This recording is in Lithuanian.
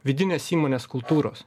vidinės įmonės kultūros